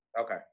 okay